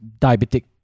diabetic